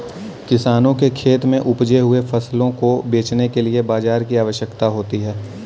किसानों के खेत में उपजे हुए फसलों को बेचने के लिए बाजार की आवश्यकता होती है